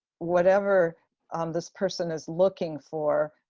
whatever um this person is looking for,